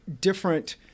different